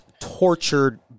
tortured